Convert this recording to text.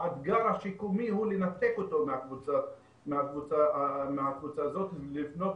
האתגר השיקומי הוא לנתק אותו מהקבוצה הזאת ולבנות